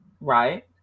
right